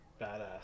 badass